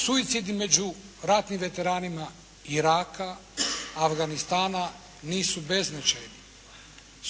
Suicidi među ratnim veteranima Iraka, Afganistana nisu beznačajni.